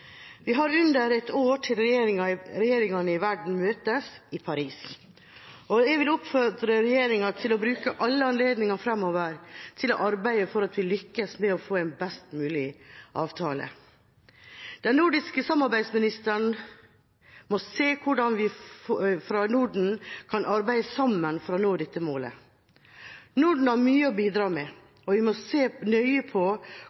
vi kan gjøre for Arktis og for resten av jordkloden vår. Det er under ett år til regjeringene i verden møtes i Paris, og jeg vil oppfordre regjeringa til å bruke alle anledninger fremover til å arbeide for at vi lykkes med å få en best mulig avtale. Den nordiske samarbeidsministeren må se på hvordan vi fra Norden kan arbeide sammen for å nå dette målet. Norden har mye å bidra med, og vi må se nøye på